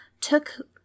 took